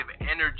energy